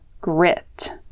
grit